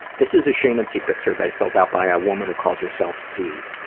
this is a shame and secrets survey filled out by a woman who calls herself c.